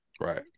right